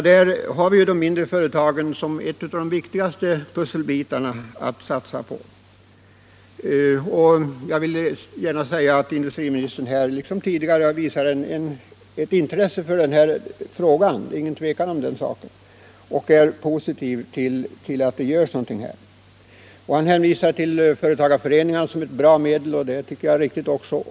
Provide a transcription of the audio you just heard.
Där utgör de mindre företagen en av de viktigaste pusselbitarna. Industriministern visar nu liksom tidigare intresse för denna fråga och är positiv till att något görs. Han hänvisar till att företagareföreningarna har en stor uppgift att fylla, och det tycker jag är riktigt.